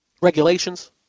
Regulations